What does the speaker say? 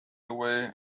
away